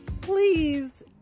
Please